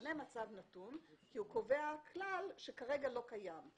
ומשנה מצב נתון כי הוא קובע כלל שכרגע לא קיים.